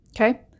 Okay